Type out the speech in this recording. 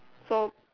so